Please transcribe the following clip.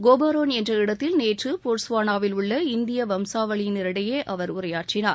Gaborone என்ற இடத்தில் நேற்று போட்ஸ்வானாவில் உள்ள இந்திய வம்சாவழியினரிடையே அவர் உரையாற்றினார்